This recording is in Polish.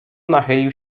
nachylił